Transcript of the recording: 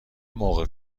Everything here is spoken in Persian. موقع